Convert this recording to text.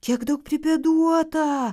tiek daug pripėduota